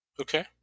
Okay